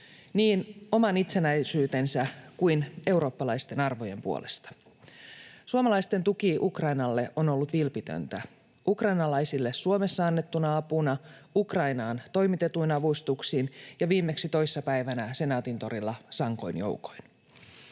niin oman itsenäisyytensä kuin eurooppalaisten arvojen puolesta. Suomalaisten tuki Ukrainalle on ollut vilpitöntä ukrainalaisille Suomessa annettuna apuna, Ukrainaan toimitetuin avustuksin ja viimeksi toissa päivänä Senaatintorilla sankoin joukoin.